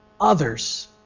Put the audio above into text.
others